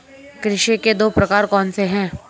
कृषि के दो प्रकार कौन से हैं?